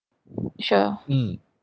sure